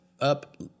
up